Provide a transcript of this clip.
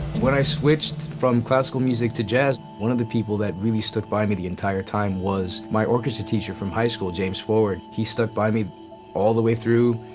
when i switched from classical music to jazz, one of the people that really stood by me the entire time was my orchestra teacher from high school, james forward. he stuck by me all the way through,